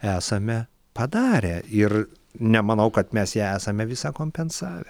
esame padarę ir nemanau kad mes ją esame visą kompensavę